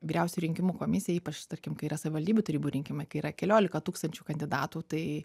vyriausioji rinkimų komisija ypač tarkim kai yra savivaldybių tarybų rinkimai kai yra keliolika tūkstančių kandidatų tai